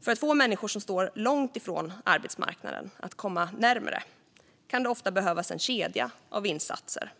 För att få människor som står långt från arbetsmarknaden att komma närmare den kan det ofta behövas en kedja av insatser